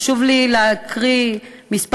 חשוב לי להקריא כמה נתונים,